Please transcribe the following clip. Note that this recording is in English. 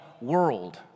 world